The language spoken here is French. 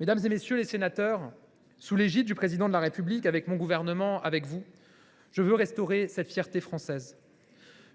Mesdames, messieurs les sénateurs, sous l’autorité du Président de la République, avec mon gouvernement, avec vous, je veux restaurer cette fierté française !